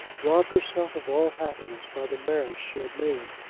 robbed herself of all happiness by the marriage she had made.